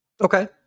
Okay